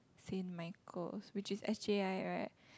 Saint-Michaels which is s_j_i right